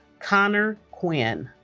connor quinn